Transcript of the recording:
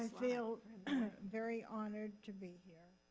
feel very honored to be here,